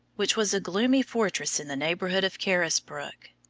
which was a gloomy fortress in the neighborhood of carisbrooke.